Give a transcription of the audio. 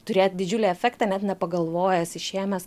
turėt didžiulį efektą net nepagalvojęs išėmęs